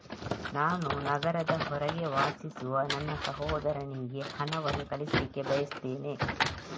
ನಾನು ನಗರದ ಹೊರಗೆ ವಾಸಿಸುವ ನನ್ನ ಸಹೋದರನಿಗೆ ಹಣವನ್ನು ಕಳಿಸ್ಲಿಕ್ಕೆ ಬಯಸ್ತೆನೆ